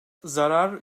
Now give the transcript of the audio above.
zarar